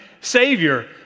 Savior